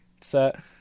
set